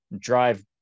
drive